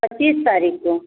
पच्चीस तारीख़ को